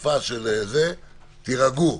יירגעו.